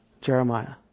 Jeremiah